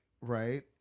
Right